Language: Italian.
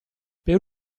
per